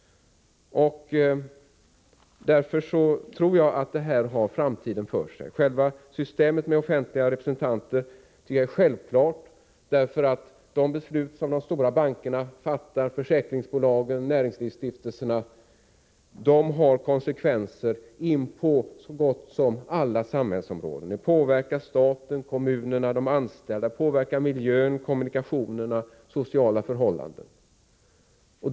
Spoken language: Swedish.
Jag tror att vårt förslag har framtiden för sig. Systemet med offentliga styrelserepresentanter är självklart. De beslut som de stora bankerna och försäkringsbolagen samt näringslivsstiftelserna fattar har konsekvenser på så gott som alla samhällsområden. De påverkar staten, kommunerna, de anställda, miljön, kommunikationerna och de sociala förhållandena.